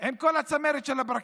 עם כל צמרת הפרקליטות,